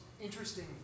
interesting